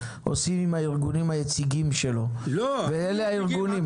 עושים עם הארגונים היציגים שלו ואלה הארגונים.